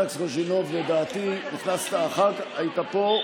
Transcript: תעשה הצבעה